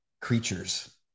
creatures